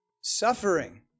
suffering